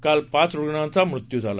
काल पाच रुग्णांचा मृत्यू झाला